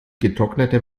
getrocknete